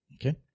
Okay